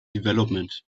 developments